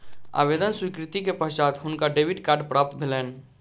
आवेदन स्वीकृति के पश्चात हुनका डेबिट कार्ड प्राप्त भेलैन